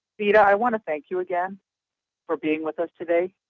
theda, i want to thank you again for being with us today.